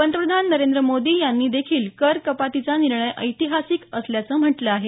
पंतप्रधान नरेंद्र मोदी यांनी देखील कर कपातीचा निर्णय ऐतिहासिक असल्याचं म्हटलं आहे